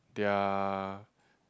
their